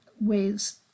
ways